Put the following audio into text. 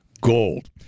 Gold